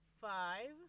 five